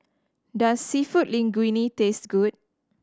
does Seafood Linguine taste good